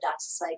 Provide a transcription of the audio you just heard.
doxycycline